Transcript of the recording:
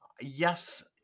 yes